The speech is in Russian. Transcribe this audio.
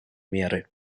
меры